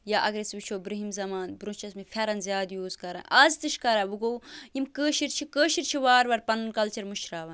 یا اَگر أسۍ وُچھو برٛونٛہِم زمانہٕ برٛونٛہہ چھِ ٲ سمٕتۍ پھٮ۪رَن زیادٕ یوٗز کَران اَز تہِ چھِ کَران وۄنۍ گوٚو یِم کٲشِرۍ چھِ کٲشِرۍ چھِ وارٕ وارٕ پَنُن کَلچَر مٔشراوان